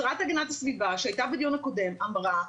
שרת הגנת הסביבה שהיתה בדיון הקודם אמרה,